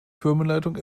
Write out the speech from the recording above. firmenleitung